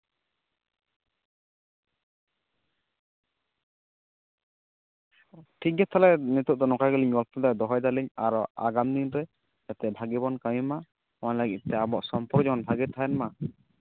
ᱴᱷᱤᱠᱜᱮᱭᱟ ᱛᱟᱦᱚᱞᱮ ᱱᱤᱛᱳᱜ ᱫᱚ ᱱᱚᱝᱠᱟ ᱜᱮᱞᱤᱧ ᱜᱚᱞᱯᱚᱭᱮᱫᱟ ᱫᱚᱦᱚᱭ ᱫᱟᱞᱤᱧ ᱟᱨᱚ ᱟᱜᱟᱢ ᱫᱤᱱ ᱨᱮ ᱡᱟᱛᱮ ᱵᱷᱟᱹᱜᱤ ᱵᱚᱱ ᱠᱟᱹᱢᱤ ᱢᱟ ᱚᱱᱟ ᱞᱟᱹᱜᱤᱫ ᱛᱮ ᱟᱵᱚᱣᱟᱜ ᱥᱚᱢᱯᱚᱨᱠᱚ ᱡᱮᱢᱚᱱ ᱵᱷᱟᱹᱜᱤ ᱛᱟᱦᱮᱱ ᱢᱟ